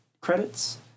credits